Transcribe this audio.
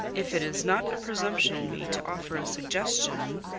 if it is not a presumption in me to offer a suggestion.